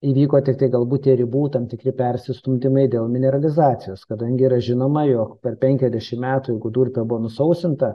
įvyko tiktai galbūt tie ribų tam tikri persistumdymai dėl mineralizacijos kadangi yra žinoma jog per penkiasdešim metų jiegu durpė buvo nusausinta